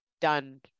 done